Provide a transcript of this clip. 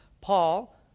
Paul